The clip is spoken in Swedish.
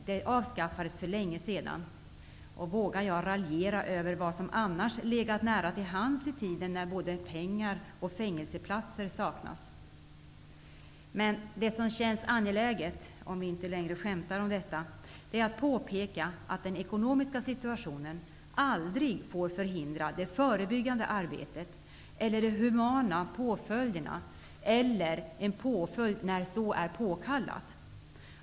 Det avskaffades ju för länge sedan. Och vågar jag raljera om vad som annars legat nära till hands i tiden, när både pengar och fängelseplatser saknas? Det som känns angeläget, för att inte längre skämta om dessa saker, är att påpeka att den ekonomiska situationen aldrig får förhindra det förebyggande arbetet, de humana påföljderna eller påföljd när så är påkallat.